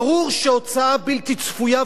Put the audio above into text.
ברור שהוצאה בלתי צפויה,